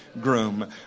groom